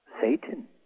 Satan